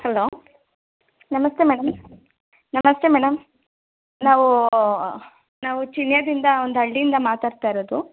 hello ನಮಸ್ತೆ madam ನಮಸ್ತೆ madam ನಾವು ನಾವು ಕಿನ್ಯದಿಂದ ಒಂದು ಹಳ್ಳಿಯಿಂದ ಮಾತಾಡ್ತಾ ಇರೋದು